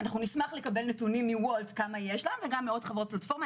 נשמח לקבל נתונים מוולט כמה יש להם וגם מעוד חברות פלטפורמה.